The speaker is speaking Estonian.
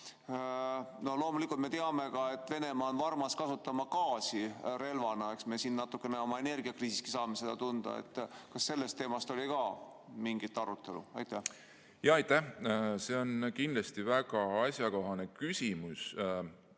oli juttu? Ja me teame, et Venemaa on varmas kasutama gaasi relvana. Eks me siin natukene oma energiakriisiski saame seda tunda. Kas sellel teemal oli ka mingit arutelu? Aitäh! See on kindlasti väga asjakohane küsimus.